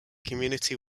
community